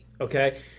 Okay